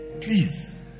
please